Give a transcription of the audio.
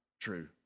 true